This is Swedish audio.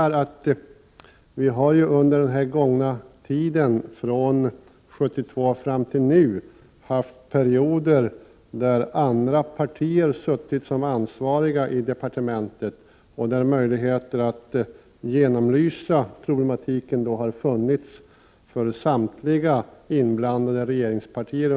RE re Under tiden från 1972 fram till nu har vi haft perioder där andra partier Pp suttit som ansvariga i departementet och där möjligheter att genomlysa hela detta problem har funnits för samtliga inblandade regeringspartier.